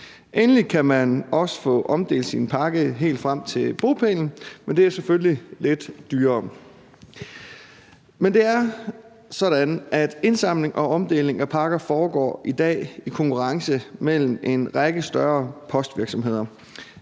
Endelig kan man også få omdelt sin pakke helt frem til bopælen, men det er selvfølgelig lidt dyrere. Men det er sådan, at indsamling og omdeling af pakker i dag foregår i konkurrence mellem en række større postvirksomheder.